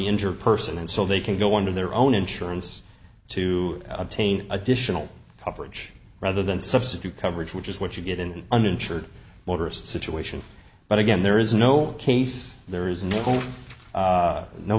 injured person and so they can go into their own insurance to obtain additional coverage rather than substitute coverage which is what you get in an uninsured motorist situation but again there is no case there is no